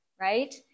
right